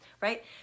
right